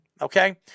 Okay